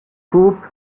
coup